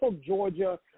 Georgia